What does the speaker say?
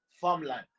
farmland